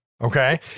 okay